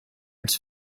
als